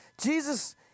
Jesus